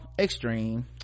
extreme